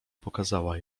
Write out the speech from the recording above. pokazała